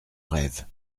rêve